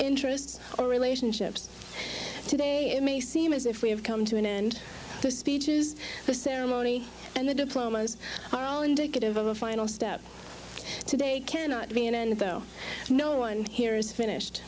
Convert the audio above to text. interests or relationships today it may seem as if we have come to an end to speeches the ceremony and the diplomas are all indicative of a final step today cannot be an end though no one here is finished